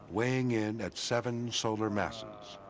weighing in at seven solar masses,